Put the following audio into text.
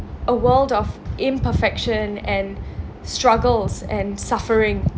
a world of imperfection and struggles and suffering